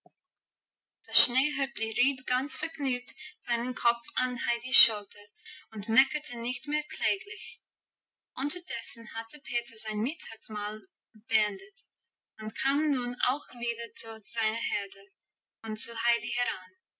rieb ganz vergnügt seinen kopf an heidis schulter und meckerte nicht mehr kläglich unterdessen hatte peter sein mittagsmahl beendet und kam nun auch wieder zu seiner herde und zu heidi heran